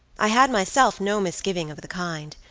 i had myself no misgiving of the kind,